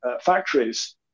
factories